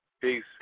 Peace